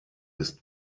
ist